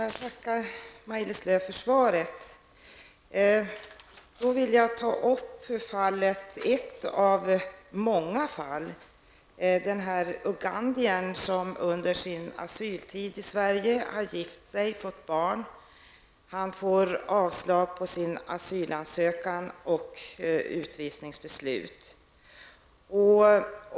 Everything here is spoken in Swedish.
Herr talman! Jag tackar Maj-Lis Lööw för svaret. Jag vill ta upp ett av många fall, den ugandier som under sin asyltid i Sverige har gift sig och fått barn men som har fått avslag på sin asylansökan och beslut om utvisning.